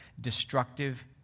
destructive